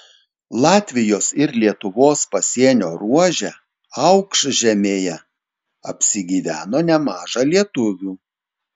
latvijos ir lietuvos pasienio ruože aukšžemėje apsigyveno nemaža lietuvių